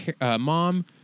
Mom